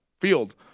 field